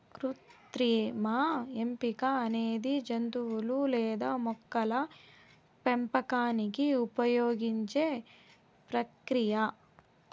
కృత్రిమ ఎంపిక అనేది జంతువులు లేదా మొక్కల పెంపకానికి ఉపయోగించే ప్రక్రియ